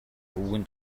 өвгөн